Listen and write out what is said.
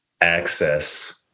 access